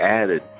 added